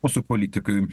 o su politika